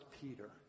Peter